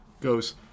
goes